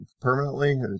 permanently